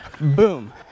Boom